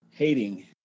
Hating